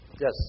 Yes